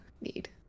need